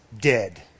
dead